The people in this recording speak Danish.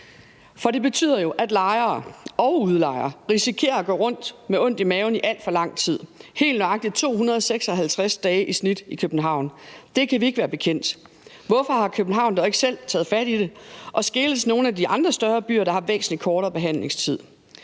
For det betyder jo, at lejere og udlejere kan risikere at gå rundt med ondt i maven i alt for lang tid, helt nøjagtig 256 dage i snit i København. Det kan vi ikke være bekendt. Hvorfor har København dog ikke selv taget fat i det og skelet til nogle af de andre større byer, der har væsentlig kortere behandlingstid?